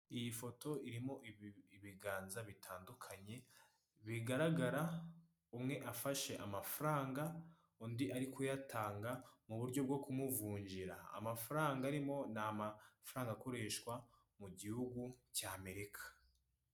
Iyi foto irimo ibiganza bitandukanye bigaragara umwe afashe amafaranga, undi ari kuyatanga mu buryo bwo kumuvungira. Amafaranga arimo ni amafaranga akoreshwa mu gihugu cy'Amerika.